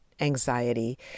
anxiety